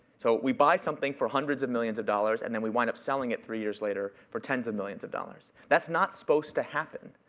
so we buy something for hundreds of millions of dollars. and then we wind up selling it three years later for tens of millions of dollars. that's not supposed to happen.